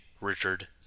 Richard